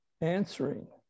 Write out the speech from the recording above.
answering